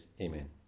Amen